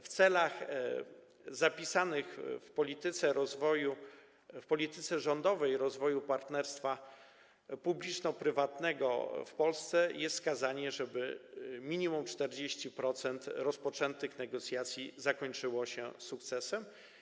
W celach zapisanych w polityce rządowej w zakresie rozwoju partnerstwa publiczno-prywatnego w Polsce jest wskazanie, żeby minimum 40% rozpoczętych negocjacji zakończyło się sukcesem.